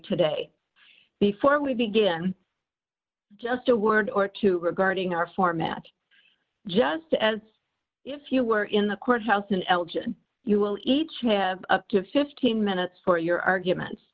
today before we begin just a word or two regarding our format just as if you were in the courthouse in elgin you will each have up to fifteen minutes for your arguments